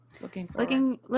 Looking